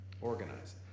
Organize